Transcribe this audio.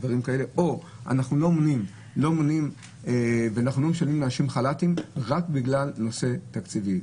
אנחנו לא משלמים לאנשים חל"ת רק בגלל נושא תקציבי.